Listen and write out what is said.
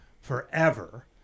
forever